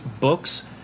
books